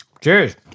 Cheers